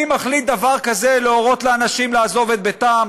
מי מחליט דבר כזה, להורות לאנשים לעזוב את ביתם,